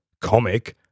comic